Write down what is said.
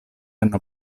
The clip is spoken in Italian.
hanno